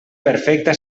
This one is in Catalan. perfecta